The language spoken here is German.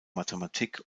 mathematik